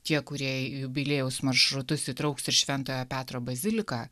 tie kurie į jubiliejaus maršrutus įtrauks ir šventojo petro baziliką